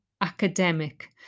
academic